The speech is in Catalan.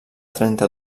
trenta